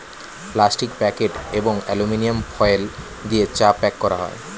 plastic packet এবং aluminium foil দিয়ে চা প্যাক করা হয়